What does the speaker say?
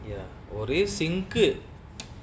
ya ஒரே:ore sing கு:ku